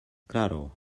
claro